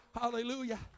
Hallelujah